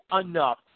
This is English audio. enough